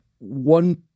One